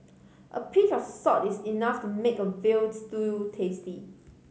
a pinch of salt is enough to make a veal stew tasty